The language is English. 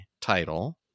title